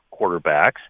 quarterbacks